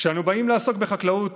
כשאנו באים לעסוק בחקלאות,